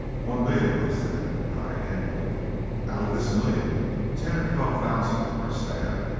one million of us, then, die annually out of this million ten or twelve thousand are stabbed,